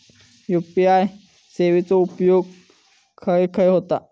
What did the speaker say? UPI सेवेचा उपयोग खाय खाय होता?